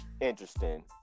interesting